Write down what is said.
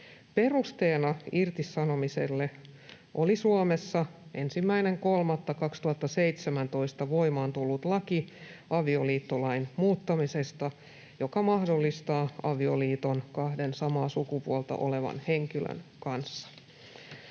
Perusteena irtisanomiselle oli Suomessa 1.3.2017 voimaan tullut laki avioliittolain muuttamisesta, joka mahdollistaa avioliiton samaa sukupuolta olevan henkilön kanssa.